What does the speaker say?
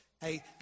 Hey